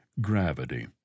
Gravity